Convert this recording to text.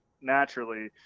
naturally